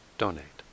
donate